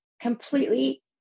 completely